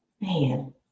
Man